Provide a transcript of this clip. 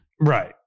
Right